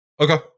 Okay